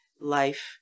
life